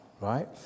right